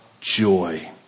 joy